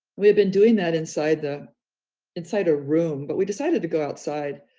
we had been doing that inside the inside a room, but we decided to go outside,